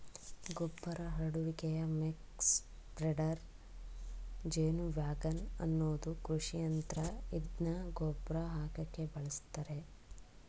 ಗೊಬ್ಬರ ಹರಡುವಿಕೆಯ muck spreader ಜೇನುವ್ಯಾಗನ್ ಅನ್ನೋದು ಕೃಷಿಯಂತ್ರ ಇದ್ನ ಗೊಬ್ರ ಹಾಕಕೆ ಬಳುಸ್ತರೆ